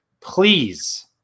Please